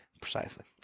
Precisely